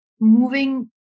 moving